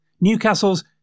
Newcastle's